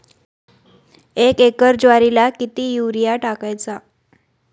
एक एकर ज्वारीला किती युरिया टाकायचा?